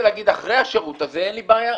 להגיד אחרי השירות הזה אין לי בעיה.